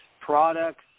products